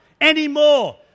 anymore